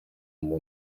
muntu